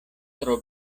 tro